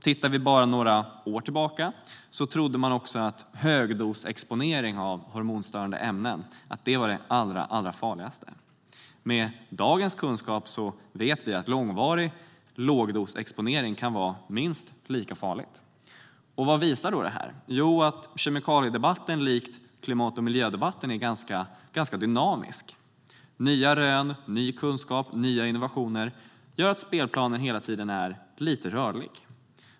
Tittar vi bara några år tillbaka trodde man också att högdosexponering av hormonstörande ämnen var det allra farligaste. Med dagens kunskap vet vi att långvarig lågdosexponering kan vara minst lika farlig. Vad visar då detta? Jo, att kemikaliedebatten, likt klimat och miljödebatten, är ganska dynamisk. Nya rön, ny kunskap och nya innovationer gör att spelplanen hela tiden är lite rörlig.